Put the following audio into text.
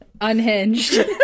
Unhinged